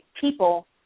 people